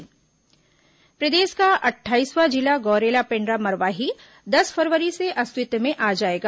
नया जिला प्रदेश का अट्ठाईसवां जिला गौरेला पेण्ड्रा मरवाही दस फरवरी से अस्तित्व में आ जाएगा